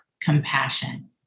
compassion